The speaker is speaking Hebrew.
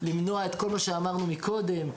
למנוע את כל מה שאמרנו קודם,